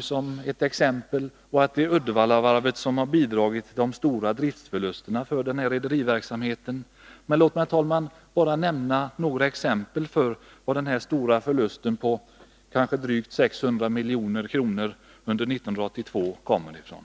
som exempel på att Uddevallavarvet har bidragit till de stora driftsförlusterna för rederiverksamheten. Jag vill då anföra några exempel som visar var den stora förlusten — kanske 600 milj.kr. under 1982 — kommer ifrån.